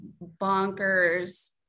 bonkers